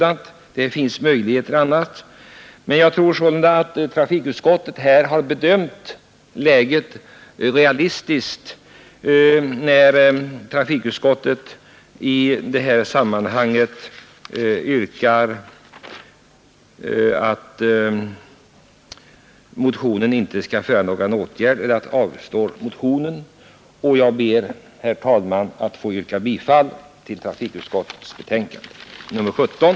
Annars finns det möjligheter härtill. Jag tror sålunda att trafikutskottet har bedömt läget realistiskt när det avslagit motionen. Jag ber, herr talman, att få yrka bifall till trafikutskottets hemställan i dess betänkande nr 17.